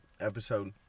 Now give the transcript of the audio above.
episode